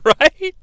right